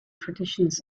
traditions